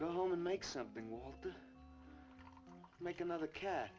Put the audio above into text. go home and make something will make another cat